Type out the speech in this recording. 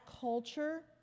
culture